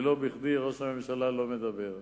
ולא בכדי ראש הממשלה לא מדבר.